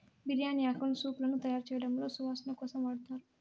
బిర్యాని ఆకును సూపులను తయారుచేయడంలో సువాసన కోసం వాడతారు